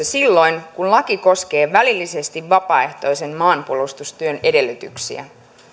silloin kun laki koskee välillisesti vapaaehtoisen maanpuolustustyön edellytyksiä